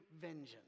vengeance